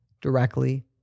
directly